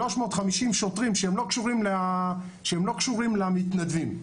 350 שוטרים שלא קשורים למתנדבים.